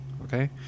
okay